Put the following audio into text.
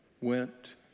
went